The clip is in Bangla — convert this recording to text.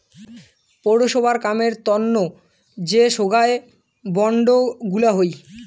পৌরসভার কামের তন্ন যে সোগায় বন্ড গুলা হই